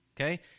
okay